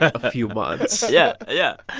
a few months yeah, yeah.